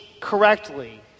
correctly